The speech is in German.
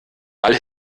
ball